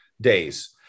days